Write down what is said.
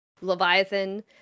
Leviathan